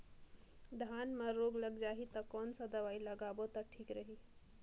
धान म रोग लग जाही ता कोन सा दवाई लगाबो ता ठीक रही?